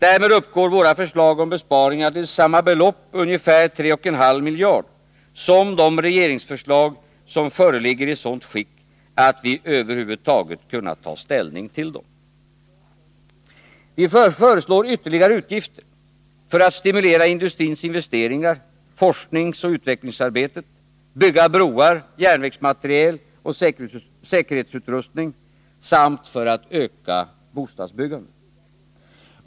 Därmed uppgår våra förslag om besparingar till samma belopp, ungefär 3,5 miljarder, som de regeringsförslag som föreligger i sådant skick att vi över huvud taget kunnat ta ställning till dem. Vi föreslår ytterligare utgifter för att stimulera industrins investeringar, forskningsoch utvecklingsarbetet, bygga broar, järnvägsmateriel och säkerhetsutrustning samt för att öka bostadsbyggandet.